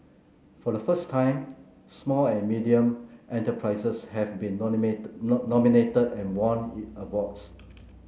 for the first time small and medium enterprises have been nominated and won awards